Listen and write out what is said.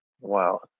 Wow